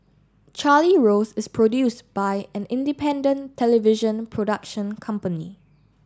Charlie Rose is produce by an independent television production company